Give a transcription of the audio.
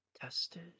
tested